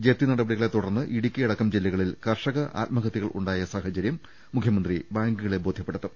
ജപ്തി നടപടികളെ തുടർന്ന് ഇടുക്കി അടക്കം ജില്ല്കളിൽ കർഷക ആത്മഹത്യകൾ ഉണ്ടായ സാഹചര്യം മുഖ്യമന്ത്രി ബാങ്കുകളെ ബോധ്യപ്പെടുത്തും